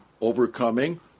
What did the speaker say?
overcoming